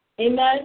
Amen